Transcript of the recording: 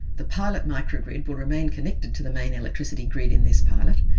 the pilot microgrid will remain connected to the main electricity grid in this pilot,